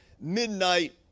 Midnight